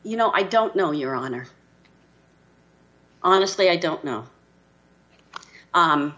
you know i don't know your honor honestly i don't know